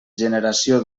generació